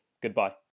goodbye